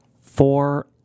Four